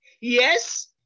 Yes